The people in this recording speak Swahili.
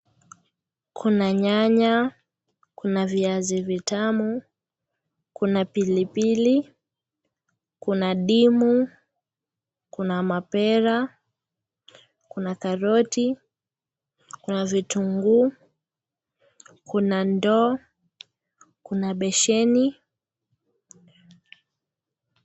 Kuna nyanya ,kuna viazi vitamu, kuna pilipili, kuna ndimu, kuna mapera, kuna karoti, kuna vitunguu, kuna ndoo, kuna beseni.